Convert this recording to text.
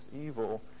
evil